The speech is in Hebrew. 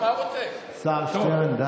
אדוני היושב-ראש, אני לא אומר כלום, מה הוא רוצה?